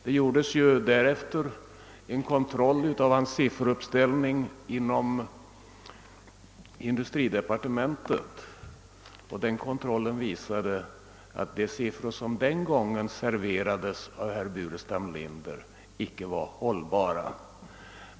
Det gjordes den gången inom industridepartementet en kontroll av hans sifferuppställning, och denna visade att de siffror som den gången serverades icke var hållbara.